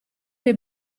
dei